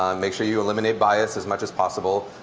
um make sure you eliminate bias as much as possible.